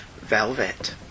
Velvet